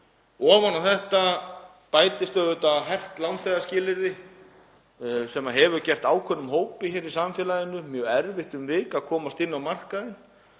Ofan á þetta bætast hert lánþegaskilyrði sem hafa gert ákveðnum hópi í samfélaginu mjög erfitt um vik að komast inn á markaðinn.